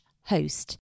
host